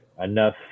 enough